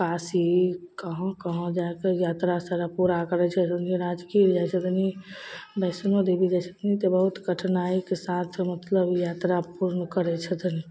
काशा कहाँ कहाँ जाके यात्रा सारा पूरा करय छै जैसे कि राजगीर जाइ छथनी वैष्णो देवी जाइ छथनी तऽ बहुत कठिनाइके साथ मतलब यात्रा पूर्ण करय छथिन